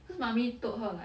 cause mummy told her like